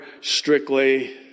strictly